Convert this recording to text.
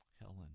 Helen